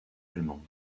allemandes